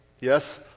yes